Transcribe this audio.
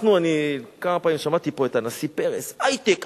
כמה פעמים שמעתי פה את הנשיא פרס: "היי-טק,